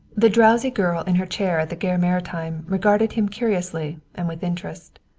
the drowsy girl in her chair at the gare maritime regarded him curiously and with interest.